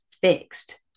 fixed